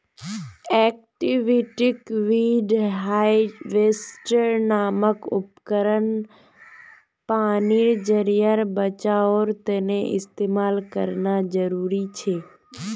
aquatic weed harvester नामक उपकरण पानीर ज़रियार बचाओर तने इस्तेमाल करना ज़रूरी छे